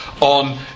on